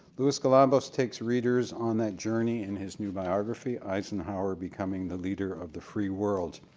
louis galambos takes readers on that journey in his new biography, eisenhower becoming the leader of the free world.